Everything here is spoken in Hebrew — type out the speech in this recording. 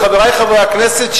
חברי חברי הכנסת,